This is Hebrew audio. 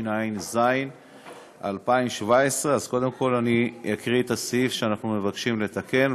התשע"ז 2017. אז קודם כול אני אקריא את הסעיף שאנחנו מבקשים לתקן,